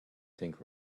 think